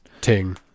Ting